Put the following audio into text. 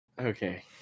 Okay